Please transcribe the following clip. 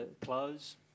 clothes